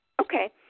Okay